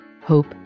hope